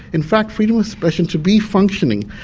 in fact, freedom of expression to be functioning,